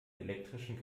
elektrischen